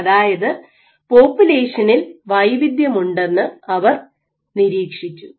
അതായത് പോപ്പുലേഷനിൽ വൈവിധ്യം ഉണ്ടെന്ന് അവർ നിരീക്ഷിച്ചു